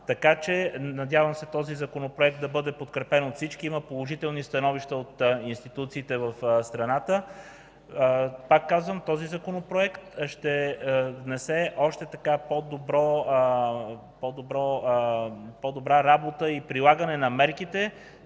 това. Надявам се този Законопроект да бъде подкрепен от всички. Има положителни становища от институциите в страната. Пак казвам, този Законопроект ще внесе още по-добро прилагане на мерките,